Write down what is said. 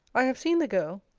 i have seen the girl.